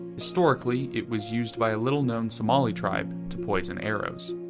historically, it was used by a little-known somali tribe to poison arrows.